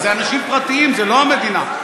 אלה אנשים פרטיים, לא המדינה.